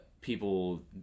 people